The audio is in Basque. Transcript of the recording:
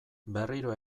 berriro